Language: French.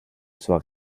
soit